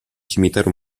cimitero